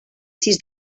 sis